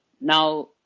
Now